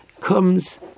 comes